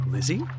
Lizzie